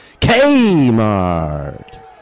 Kmart